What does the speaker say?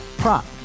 prop